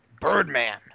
Birdman